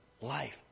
life